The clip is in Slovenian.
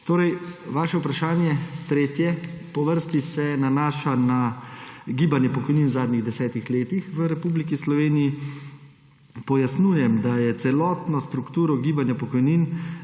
Torej vaše vprašanje, tretje po vrsti, se nanaša na gibanje pokojnin v zadnjih desetih letih v Republiki Sloveniji. Pojasnjujem, da je celotno strukturo gibanja pokojnin